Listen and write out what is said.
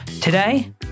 Today